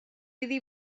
iddi